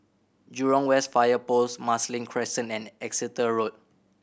Jurong West Fire Post Marsiling Crescent and Exeter Road